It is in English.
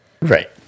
Right